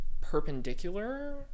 perpendicular